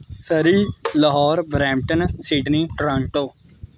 Surrey Lahore Brampton Sydney Toronto